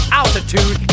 altitude